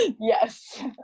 Yes